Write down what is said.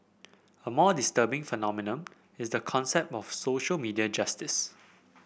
a more disturbing phenomenon is the concept of social media justice